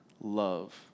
Love